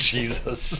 Jesus